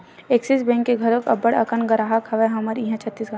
Axis bank के घलोक अब्बड़ अकन गराहक हवय हमर इहाँ छत्तीसगढ़ म